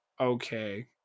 okay